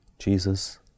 Jesus